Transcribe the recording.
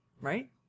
right